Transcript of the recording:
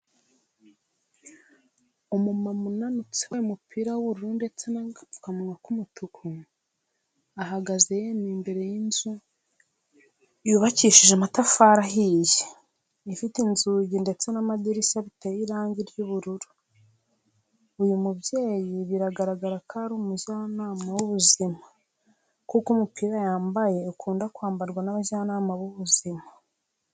Umumama unanutse wambaye umupira w'ubururu ndetse n'agapfukamunwa k'umutuku, ahagaze yemye imbere y'inzu yubakishije amatafari ahiye, ifite inzugi ndetse n'amadirishya biteye irangi ry'ubururu. Uyu mubyeyi biragaragara ko ari umujyana w'ubuzima kuko umupira yambaye ukunda kwambarwa n'abajyanama b'ubuzima.